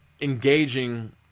engaging